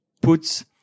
puts